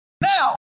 now